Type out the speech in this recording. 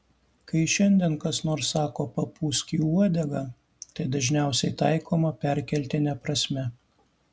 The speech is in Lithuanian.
kai šiandien kas nors sako papūsk į uodegą tai dažniausiai taikoma perkeltine prasme